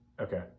Okay